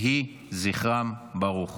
יהי זכרם ברוך.